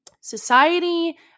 society